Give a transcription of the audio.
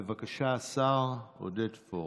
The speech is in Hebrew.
בבקשה, השר עודד פורר.